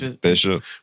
Bishop